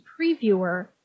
previewer